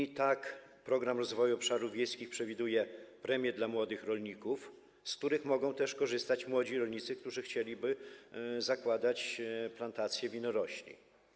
I tak Program Rozwoju Obszarów Wiejskich przewiduje premie dla młodych rolników, z których mogą też korzystać młodzi rolnicy, którzy chcieliby zakładać plantacje winorośli.